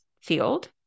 field